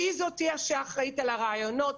שהיא תהיה זאת שאחראית על הרעיונות,